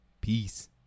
Peace